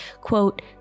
quote